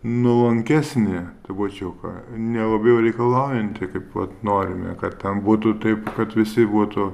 nuolankesnį tai vat čia jau ką nelabai jau reikalaujanti kaip vat norime kad ten būtų taip kad visi būtų